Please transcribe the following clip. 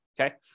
okay